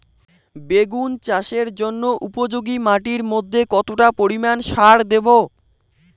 বেগুন চাষের জন্য উপযোগী মাটির মধ্যে কতটা পরিমান সার দেব?